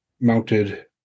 mounted